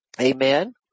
amen